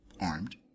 armed